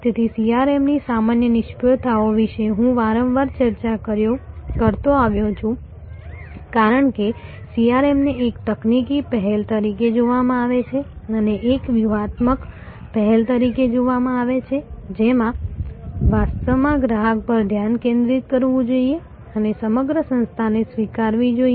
તેથી CRM ની સામાન્ય નિષ્ફળતાઓ વિશે હું વારંવાર ચર્ચા કરતો આવ્યો છું કારણ કે CRM ને એક તકનીકી પહેલ તરીકે જોવામાં આવે છે અને એક વ્યૂહાત્મક પહેલ તરીકે જોવામાં આવે છે જેમાં વાસ્તવમાં ગ્રાહક પર ધ્યાન કેન્દ્રિત કરવું જોઈએ અને સમગ્ર સંસ્થાને સ્વીકારવી જોઈએ